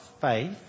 faith